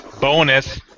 bonus